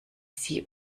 sie